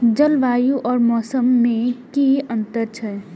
जलवायु और मौसम में कि अंतर छै?